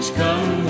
come